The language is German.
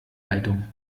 leitung